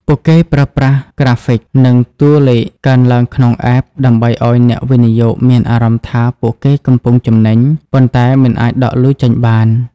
ពួកគេប្រើប្រាស់ក្រាហ្វិក និងតួលេខកើនឡើងក្នុង App ដើម្បីឱ្យអ្នកវិនិយោគមានអារម្មណ៍ថាពួកគេកំពុងចំណេញ ប៉ុន្តែមិនអាចដកលុយចេញបាន។